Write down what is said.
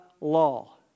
law